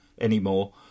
anymore